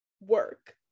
work